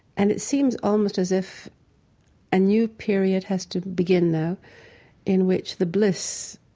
and it seems almost as if a new period has to begin now in which the bliss,